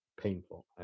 painful